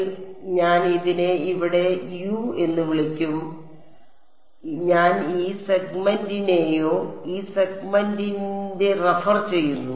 അതിനാൽ ഞാൻ ഇതിനെ ഇവിടെ യു എന്ന് വിളിക്കും അതിനാൽ ഞാൻ ഈ സെഗ്മെന്റിനെയോ ഈ സെഗ്മെന്റിനെയോ റഫർ ചെയ്യുന്നു